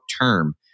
term